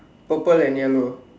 purple and yellow